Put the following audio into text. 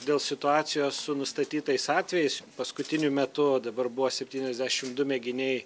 dėl situacijos su nustatytais atvejais paskutiniu metu dabar buvo septyniasdešim du mėginiai